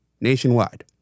nationwide